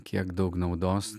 kiek daug naudos